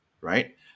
Right